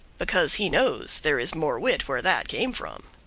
because he knows there is more wit where that came from.